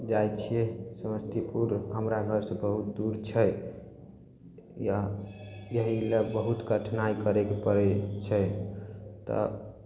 जाइ छियै समस्तीपुर हमरा घर से बहुत दूर छै यह एहि लए बहुत कठिनाइ करऽके पड़ै छै तऽ